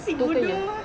itu pun